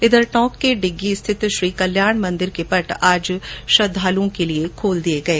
इधर टोंक के डिग्गी स्थित श्रीकल्याण मंदिर के पट आज श्रद्दालुओं के लिये खोल दिये गये